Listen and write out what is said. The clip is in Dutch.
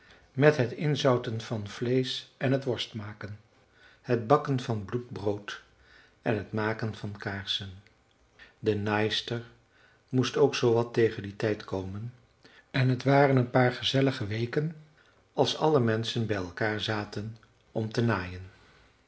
met het inzouten van vleesch en t worst maken het bakken van bloedbrood en t maken van kaarsen de naaister moest ook zoowat tegen dien tijd komen en t waren een paar gezellige weken als alle menschen bij elkaar zaten om te naaien